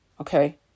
okay